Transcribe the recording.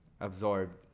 absorbed